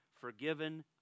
forgiven